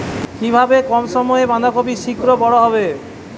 কিভাবে কম সময়ে বাঁধাকপি শিঘ্র বড় হবে?